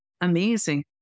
amazing